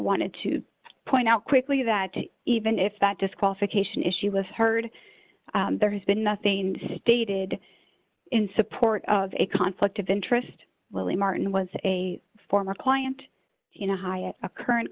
wanted to point out quickly that even if that disqualification issue with heard there has been nothing stated in support of a conflict of interest well a martin was a former client you know high at a current